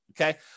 Okay